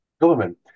government